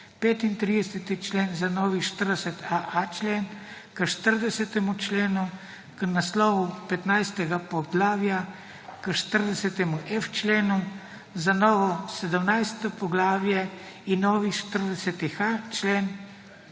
35. člen za novi 40.a.a člen, k 40. členu k naslovu 15. poglavja, k 40.f členu za novo 17. poglavje in novi 40.h člen,